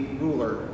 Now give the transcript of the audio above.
ruler